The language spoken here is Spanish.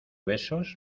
besos